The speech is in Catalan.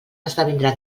esdevindrà